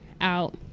out